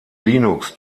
linux